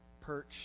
perch